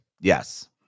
Yes